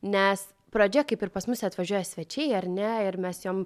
nes pradžia kaip ir pas mus atvažiuoja svečiai ar ne ir mes jom